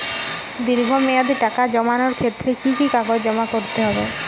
দীর্ঘ মেয়াদি টাকা জমানোর ক্ষেত্রে কি কি কাগজ জমা করতে হবে?